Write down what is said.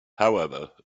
however